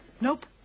Nope